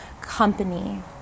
company